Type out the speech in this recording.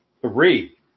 Three